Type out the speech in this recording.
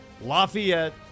Lafayette